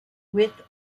with